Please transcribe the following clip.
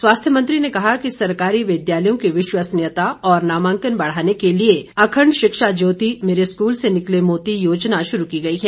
स्वास्थ्य मंत्री ने कहा कि सरकारी विद्यालयों की विश्वसनीयता और नामांकन बढ़ाने के लिए अखंड शिक्षा ज्योति मेरे स्कूल से निकले मोती योजना शुरू की गई है